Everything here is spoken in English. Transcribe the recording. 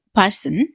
person